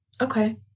Okay